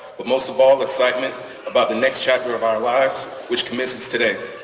but most of all excitement about the next chapter of our lives which commences today.